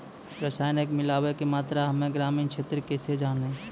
रसायन मिलाबै के मात्रा हम्मे ग्रामीण क्षेत्रक कैसे जानै?